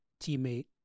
teammate